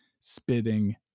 spitting